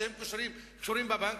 שקשורים בבנקים,